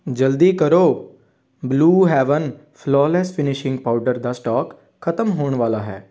ਜਲਦੀ ਕਰੋ Blue Heaven flawless finishing powder ਦਾ ਸਟਾਕ ਖਤਮ ਹੋਣ ਵਾਲਾ ਹੈ